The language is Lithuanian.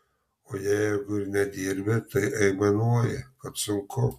o jeigu ir nedirbi tai aimanuoji kad sunku